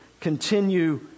continue